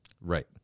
Right